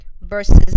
versus